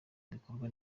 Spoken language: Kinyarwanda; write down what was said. bikorwa